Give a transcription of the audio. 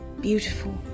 Beautiful